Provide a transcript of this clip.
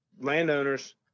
landowners